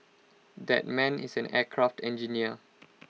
that man is an aircraft engineer